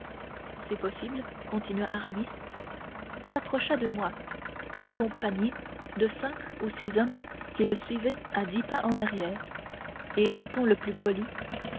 c'est possible continua aramis s'approcha de moi accompagné de cinq ou six hommes qui le suivaient à dix pas en arrière et du ton le plus poli